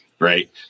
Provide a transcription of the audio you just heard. Right